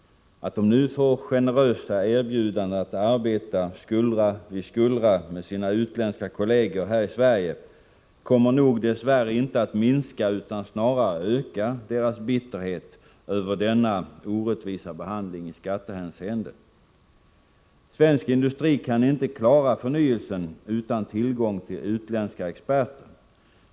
Att de nu får det ”generösa” erbjudandet att arbeta skuldra vid skuldra med sina utländska kolleger häri Sverige kommer nog dess värre inte att minska utan snarare öka deras bitterhet över denna orättvisa behandling i skattehänseende. Svensk industri kan inte klara förnyelsen utan tillgång till utländska experter.